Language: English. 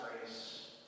grace